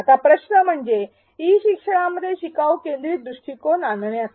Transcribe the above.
आता प्रश्न म्हणजे ई शिक्षणामध्ये शिकाऊ केंद्रीत दृष्टीकोन आणण्याचा